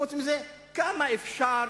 חוץ מזה, כמה אפשר